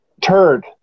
turd